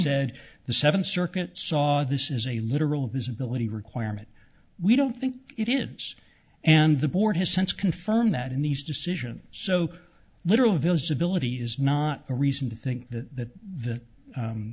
said the seventh circuit saw this is a literal visibility requirement we don't think it is and the board has since confirmed that in these decision so literal visibility is not a reason to think that th